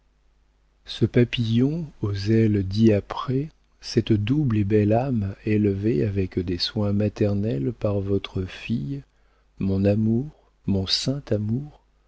ce papillon aux ailes diaprées cette double et belle âme élevée avec des soins maternels par votre fille mon amour mon saint amour